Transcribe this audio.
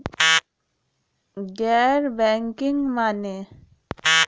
गैर बैंकिंग माने?